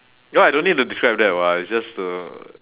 ya lor I don't need to describe that [what] it's just to